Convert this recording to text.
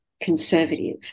conservative